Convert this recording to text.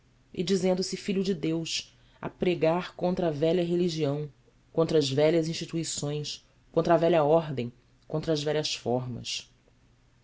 e dizendo-se filho de deus a pregar contra a velha religião contra as velhas instituições contra a velha ordem contra as velhas formas